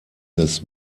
des